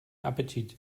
appetit